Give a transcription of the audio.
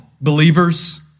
believers